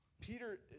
Peter